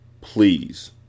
Please